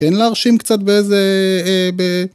כן להרשים קצת באיזה...